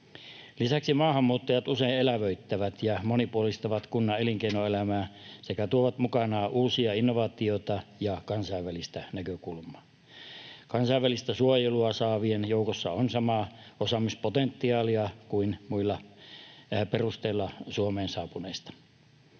Lisäksi maahanmuuttajat usein elävöittävät ja monipuolistavat kunnan elinkeinoelämää sekä tuovat mukanaan uusia innovaatioita ja kansainvälistä näkökulmaa. Kansainvälistä suojelua saavien joukossa on samaa osaamispotentiaalia kuin muilla perusteilla Suomeen saapuneilla.